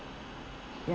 ya